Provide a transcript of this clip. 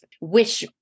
wish